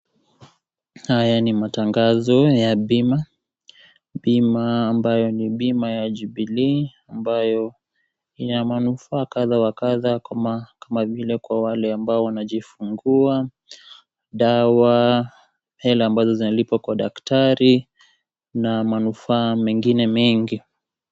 Haya ni matangazo ya bima , bima ambayo ni bima ya Jubilee ambayo ni ya manufaa kadha wa kadha kama vile kwa wale ambao wanajifungua , dawa , hela ambazo zinalipwa kwa daktari na manufaa mengine mengi.